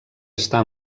està